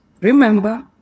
remember